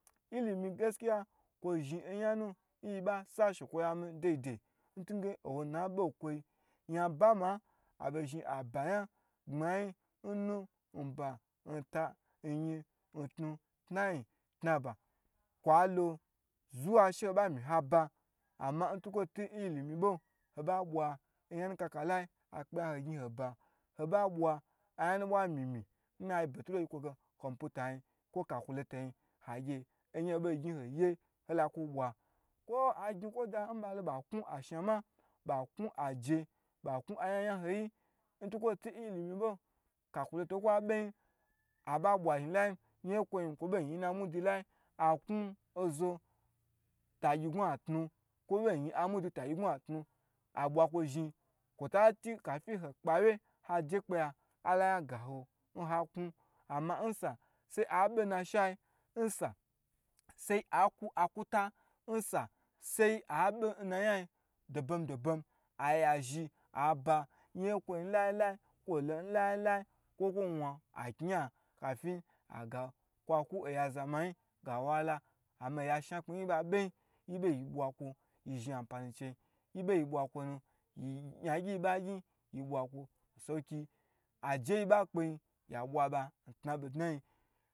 Ilim gaskiya kwo zhin oyanu n yi ba shekwo yi ami dai dai ntu nge owunu na be nkwo yi nya bama abozhi abayan gbmayin nnu nba nta nyin ntu tnayin tnaba kwalo zuwa she ho ba mi haba ama ntukwo tu milimi bo ho ba bwa oyan nu bwa kaka nna yikwo ge computa yin kwo ka kuleto yin agye oyan n hobei ye holakwo bwa kwo agynkwo da n babei ku ashama ba knu aje ba knu ayaho yaho yi, ntukwo tu nilimi bo kakule to nkwa beyin ho ba gye ayi bwa zhi layi yan ye kwo yi kwo bei yin na na muduyi layi, aknu oza tagyiyi n gunha tnu kwoi ba yin tagyi ngun tnu habwa kwo zhi kafin ho kpe yin hala yan ga ho hoyan haknun nsa sai akwu akuta n sa sai abe nnayan yi dobom dobom aya zhi aba yan ye kwo lo n layi layi kafin agaho kwaku n yazamayi gawahala, ashnakpmu yi n yi be yin yi be yi bwo kwo nu yi, yi be yi bwa kwo nu yan gyi yi ba gyi yin yi bwa kwo n sowokiyi ajeyiba kpeyin ya bwa ba n tna be dnayi